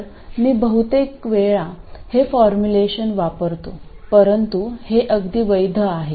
तर मी बहुतेक वेळा हे फॉर्म्युलेशन वापरतो परंतु हे अगदी वैध आहे